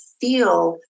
feel